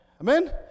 Amen